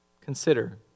Consider